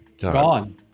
gone